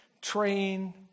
train